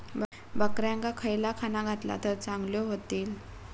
बकऱ्यांका खयला खाणा घातला तर चांगल्यो व्हतील?